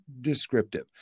descriptive